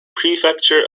prefecture